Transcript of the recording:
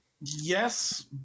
Yes